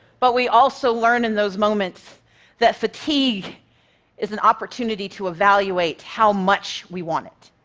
but we also learn in those moments that fatigue is an opportunity to evaluate how much we want it.